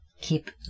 Keep